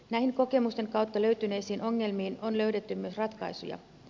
näihin kokemusten kautta löytyneisiin ongelmiin on löydetty myös ratkaisuja